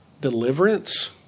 deliverance